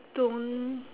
don't